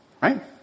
right